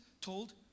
told